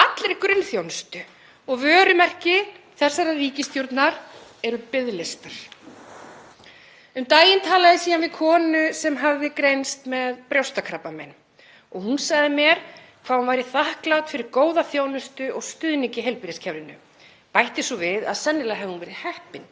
allri grunnþjónustu og vörumerki þessarar ríkisstjórnar er biðlistar. Um daginn talaði ég síðan við konu sem hafði greinst með brjóstakrabbamein og hún sagði mér hvað hún væri þakklát fyrir góða þjónustu og stuðning í heilbrigðiskerfinu. Bætti svo við að sennilega hefði hún verið heppin.